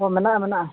ᱦᱮᱸ ᱢᱮᱱᱟᱜᱼᱟ ᱢᱮᱱᱟᱜᱼᱟ